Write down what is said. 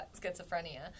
schizophrenia